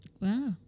Wow